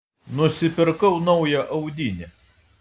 nusipirkau naują audinę